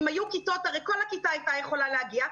אם היו כיתות הרי כל הכיתה יכלה להגיע.